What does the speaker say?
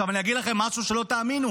עכשיו אני אגיד לכם משהו שלא תאמינו: